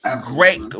great